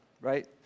right